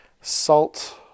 salt